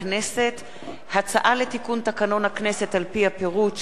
הצעה לתיקון תקנון הכנסת על-פי הפירוט של סעיפים.